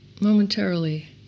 Momentarily